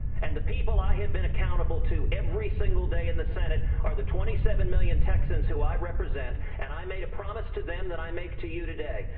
and the people i have been accountable to every single day in the senate are the twenty seven million texans who i represent and i made a promise to them that i make to you today,